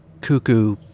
cuckoo